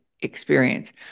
experience